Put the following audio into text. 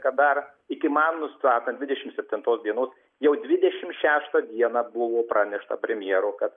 kad dar iki man nustatant dvidešim septintos dienos jau dvidešim šeštą dieną buvo pranešta premjero kad